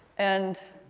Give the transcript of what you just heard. and